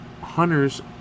hunters